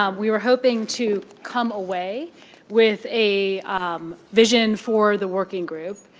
um we were hoping to come away with a vision for the working group.